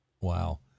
Wow